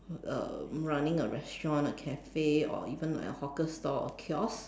um running a restaurant a cafe or even like a hawker stall a kiosk